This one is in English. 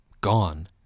Gone